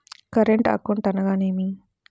Current account అనగా ఏమిటి?